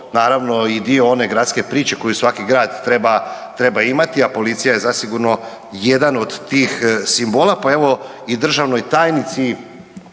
naravno i dio one gradske priče koju svaki grad imati, a policija je zasigurno jedan od tih simbola. Pa evo i državnoj tajnici